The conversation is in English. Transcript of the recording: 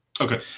Okay